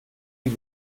die